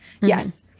Yes